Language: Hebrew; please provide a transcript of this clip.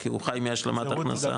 כי הוא חי מהשלמת הכנסה?